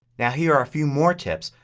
now here are a few more tips.